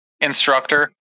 instructor